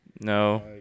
No